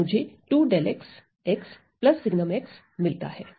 तो मुझे 2 𝛿 x sgn मिलता है